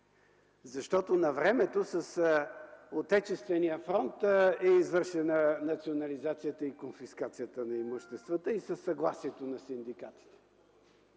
Защото навремето с Отечествения фронт е извършена национализацията и конфискацията на имуществата и със съгласието на синдикатите.